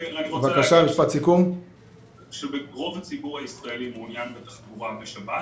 רוב הציבור הישראלי מעוניין בתחבורה בשבת